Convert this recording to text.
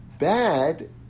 bad